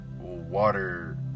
water